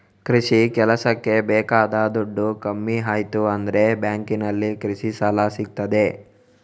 ಕೃಷಿ ಕೆಲಸಕ್ಕೆ ಬೇಕಾದ ದುಡ್ಡು ಕಮ್ಮಿ ಆಯ್ತು ಅಂದ್ರೆ ಬ್ಯಾಂಕಿನಲ್ಲಿ ಕೃಷಿ ಸಾಲ ಸಿಗ್ತದೆ